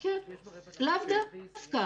לאו דווקא.